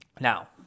Now